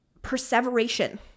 perseveration